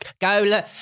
Go